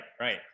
right